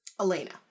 Elena